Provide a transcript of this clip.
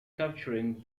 capturing